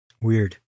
Weird